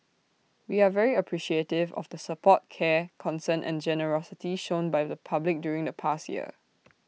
we are very appreciative of the support care concern and generosity shown by the public during the past year